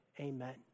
amen